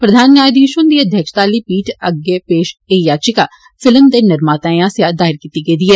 प्रधान न्यायधीश हुंदी अध्यक्षता आली पीठ अग्गै पेश एह् याचिका फिल्म दे निर्माताए आस्सेआ दायर कीती गेदी ऐ